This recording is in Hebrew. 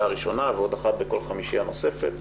הראשונה ועוד אחת בכל חמישייה נוספת.